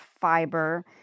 fiber